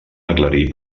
aclarir